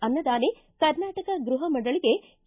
ಅನ್ನದಾನಿ ಕರ್ನಾಟಕ ಗೃಹ ಮಂಡಳಿಗೆ ಕೆ